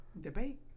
Debate